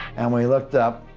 and we looked up,